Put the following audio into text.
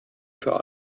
für